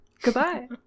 Goodbye